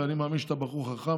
ואני מאמין שאתה בחור חכם,